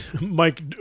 Mike